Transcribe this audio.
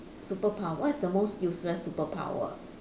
superpower what is the most useless superpower